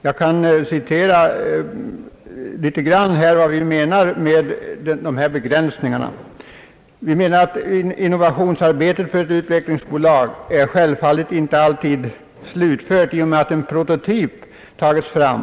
För att belysa vad vi menar med de här begränsningarna skall jag citera ett stycke ur vår reservation: »Innovationsarbetet för ett utvecklingsbolag är självfallet inte alltid — eller ens oftast — slutfört i och med att en prototyp tagits fram.